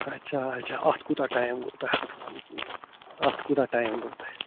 اَچھا اَچھا اَتھ کوٗتاہ ٹایِم گوٚو تۄہہِ اَتھ اَتھ کوٗتاہ ٹایِم گوٚو تۄہہِ